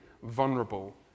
vulnerable